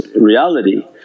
reality